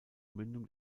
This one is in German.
mündung